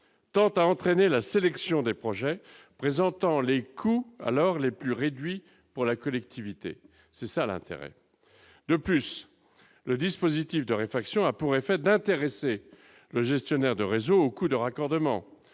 tend à entraîner la sélection des projets présentant les coûts alors les plus réduits pour la collectivité, c'est ça l'intérêt de plus, le dispositif de réflexion a pour effet d'intéresser le gestionnaire de réseau au coût de raccordement,